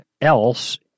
else